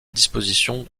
disposition